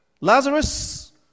Lazarus